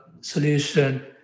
solution